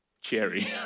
Cherry